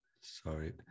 sorry